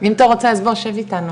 אם אתה רוצה אז בוא שב איתנו,